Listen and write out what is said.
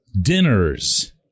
dinners